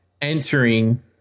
entering